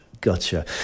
Gotcha